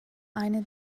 eine